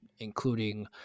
including